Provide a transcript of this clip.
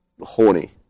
horny